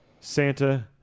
Santa